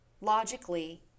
Logically